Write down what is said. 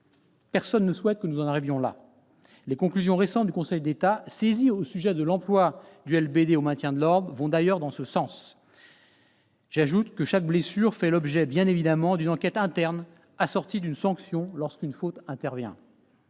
Personne ne souhaite que nous en arrivions là. Les conclusions récentes du Conseil d'État, saisi au sujet de l'emploi du LBD dans le cadre du maintien de l'ordre, vont d'ailleurs dans ce sens. J'ajoute que chaque blessure fait évidemment l'objet d'une enquête interne, assortie d'une sanction lorsqu'une faute est